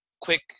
quick